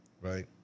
right